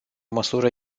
măsură